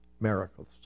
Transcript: miracles